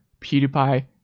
PewDiePie